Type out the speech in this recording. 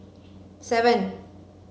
seven